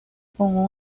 con